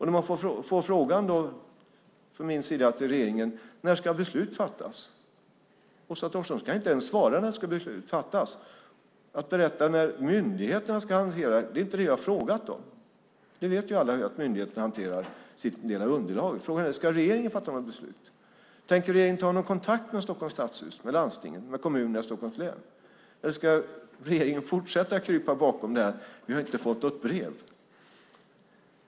När jag ställer frågan till regeringen när beslut ska fattas kan Åsa Torstensson inte ens svara på frågan. Hon berättar om hur myndigheterna ska hantera det. Det är inte det jag har frågat om. Alla vet ju att myndigheterna hanterar en del av underlaget. Frågan är: Ska regeringen fatta något beslut? Tänker regeringen ta någon kontakt med Stockholms stadshus, med landstinget, med kommunerna i Stockholms län? Eller ska regeringen fortsätta att krypa bakom att de inte har fått något brev?